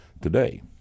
today